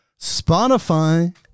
Spotify